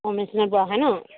অ' মেচিনত বোৱা হয় ন